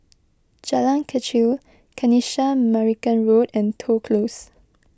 Jalan Kechil Kanisha Marican Road and Toh Close